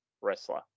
wrestler